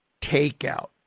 takeout